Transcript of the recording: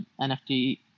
NFT